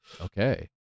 Okay